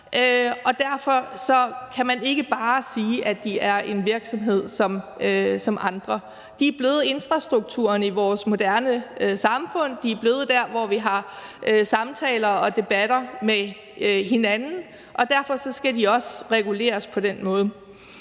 Og derfor kan man ikke bare sige, at de er virksomheder som andre. De er blevet infrastrukturen i vores moderne samfund; de er blevet det sted, hvor vi har samtaler og debatter med hinanden. Derfor skal de også reguleres på den måde.